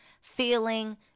feeling